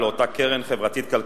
לאותה קרן חברתית-כלכלית.